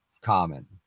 common